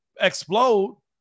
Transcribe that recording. explode